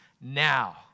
now